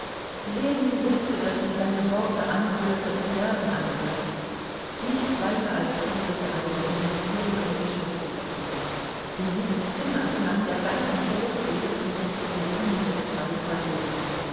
ljewin wußte daß sie seine worte anhörte und gern anhörte nichts weiter als dieses eine interessierte und beschäftigte ihn in diesem zimmer ja in der ganzen welt lebten jetzt für ihn nur zwei personen